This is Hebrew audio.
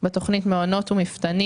בתוכנית מעונות ומפת"נים,